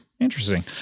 Interesting